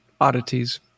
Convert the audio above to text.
oddities